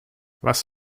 was